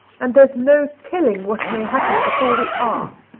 and there's no telling what may happen before we are.